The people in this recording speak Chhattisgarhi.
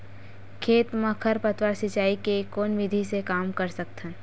खेत म खरपतवार सिंचाई के कोन विधि से कम कर सकथन?